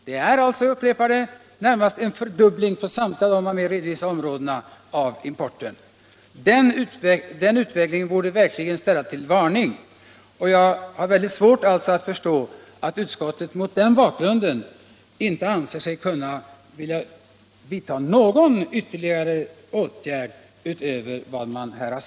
Jag upprepar alltså att det har skett en fördubbling av importen på de varor som jag här har redovisat. Den utvecklingen borde verkligen utgöra en varning, och mot den bakgrunden har jag mycket svårt att förstå att utskottet inte har ansett sig kunna tillstyrka några ytterligare åtgärder utöver de redan vidtagna. Herr talman!